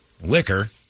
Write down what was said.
liquor